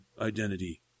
identity